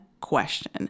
question